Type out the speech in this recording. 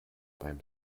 beim